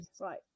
right